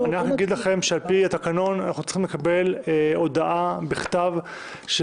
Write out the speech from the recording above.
אני רק אומר לכם שעל פי התקנון אנחנו צריכים לקבל הודעה בכתב של